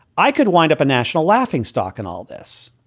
i could wind up a national laughingstock in all this.